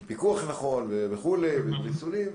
עם פיקוח נכון ועם ריסונים,